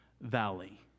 Valley